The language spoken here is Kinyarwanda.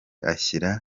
ashyira